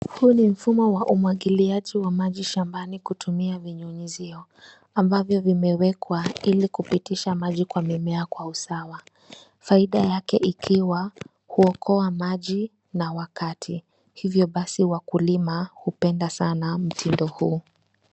Huu ni mfumo wa umwagiliaji maji shambani kutumia vinyunyizio ambavyo vimewekwa ili kupitisha maji kwa mimea kwa usawa, faida yake ikiwa kuokoa maji na wakati, hivyo basi wakulima hupenda sana mtindo huu.